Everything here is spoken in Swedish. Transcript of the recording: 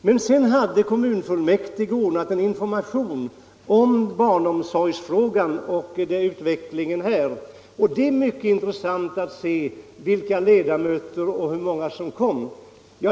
Men sedan hade kommunfullmäktige ordnat ett informationsmöte om barnomsorgsfrågan och utvecklingen där, och det är mycket intressant att se hur många ledamöter och vilka som kom.